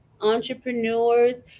entrepreneurs